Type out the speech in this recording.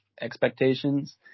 expectations